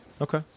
Okay